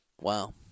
Wow